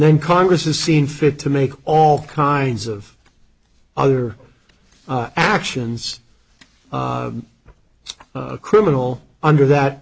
then congress has seen fit to make all kinds of other actions as a criminal under that